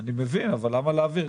אני מבין, אבל למה להעביר?